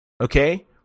Okay